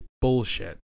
bullshit